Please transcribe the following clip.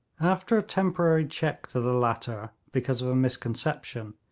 after a temporary check to the latter, because of a misconception,